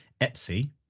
Etsy